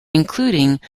including